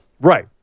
Right